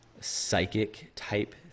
psychic-type